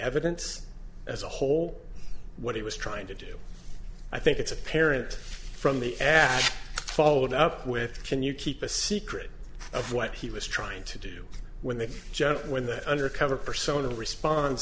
evidence as a whole what he was trying to do i think it's apparent from the ad followed up with can you keep a secret of what he was trying to do when they just when the undercover persona respond